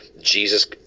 jesus